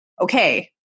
okay